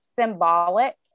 symbolic